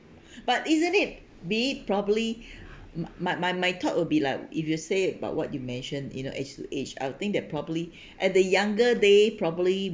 but isn't it be it probably my my my talk will be like if you say about what you mentioned you know age to age I would think that probably at the younger day probably